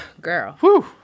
Girl